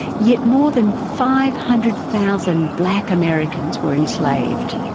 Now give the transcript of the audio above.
yet more than five hundred thousand black americans were enslaved.